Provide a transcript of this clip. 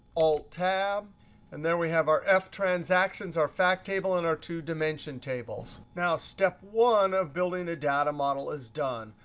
alt-tab. and then we have our ftransactions, our fact table, and our two dimension tables. now step one of building a data model is done.